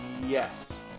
Yes